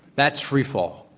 that's free fall.